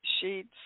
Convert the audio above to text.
sheets